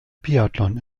biathlon